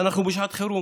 הכול בסדר.